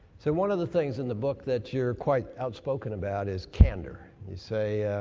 so one of the things in the book that you're quite outspoken about is, candor. you say